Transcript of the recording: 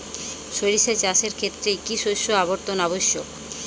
সরিষা চাষের ক্ষেত্রে কি শস্য আবর্তন আবশ্যক?